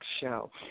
show